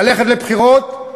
ללכת לבחירות,